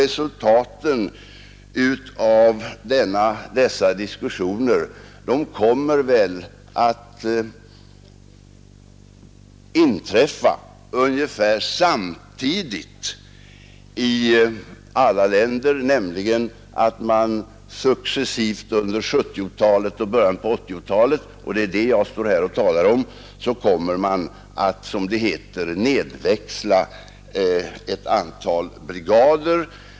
Resultaten av dessa diskussioner kommer väl att föreligga ungefär samtidigt hos dem. Under 1970-talet och början av 1980-talet kommer man att successivt ta bort ett antal brigader.